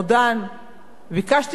ביקשתי ספר מסוים,